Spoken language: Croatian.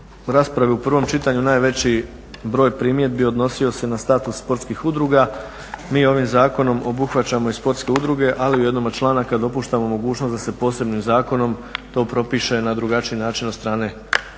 u raspravi u prvom čitanju najveći broj primjedbi odnosio se na status sportskih udruga. Mi ovim zakonom obuhvaćamo i sportske udruge ali u jednom od članaka dopuštamo mogućnost da se posebnim zakonom to propiše na drugačiji način od strane